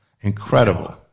incredible